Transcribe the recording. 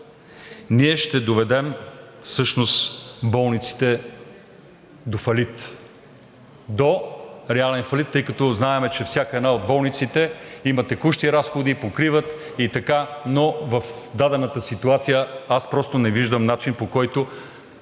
болниците до фалит, до реален фалит, тъй като знаем, че всяка една от болниците има текущи разходи, покриват и така, но в дадената ситуация аз просто не виждам начин, по който